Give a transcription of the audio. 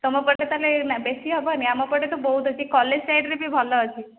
ତମ ପଟେ ତାହେଲେ ଏଇନା ବେଶୀ ହେବନି ଆମ ପଟେ ତ ବହୁତ ଅଛି କଲେଜ୍ ସାଇଡ଼୍ରେ ବି ଭଲ ଅଛି